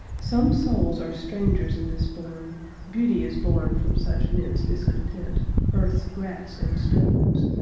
some souls are strangers in this bourne beauty is born from such men's discontent earth's grass and stones,